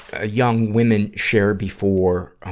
ah, young women share before, ah,